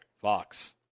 Fox